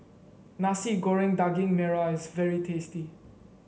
Nasi Goreng Daging Merah is very tasty